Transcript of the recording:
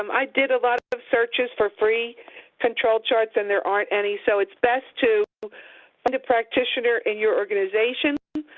um i did a lot of searches for free control charts, and there aren't any, so it's best to find a practitioner in your organization,